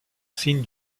signe